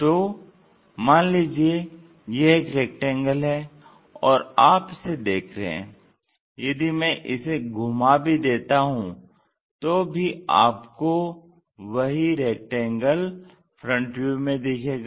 तो मान लीजिये यह एक रेक्टेंगल है और आप इसे देख रहे हैं यदि मैं इसे घुमा भी देता हूँ तो भी आपको वही रेक्टेंगल FV में दिखेगा